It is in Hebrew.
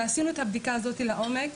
ועשינו את הבדיקה הזאת לעומק,